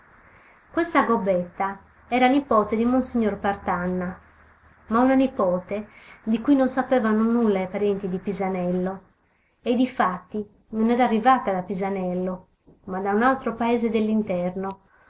questa gobbetta era nipote di monsignor partanna ma una nipote di cui non sapevano nulla i parenti di pisanello e difatti non era arrivata da pisanello ma da un altro paese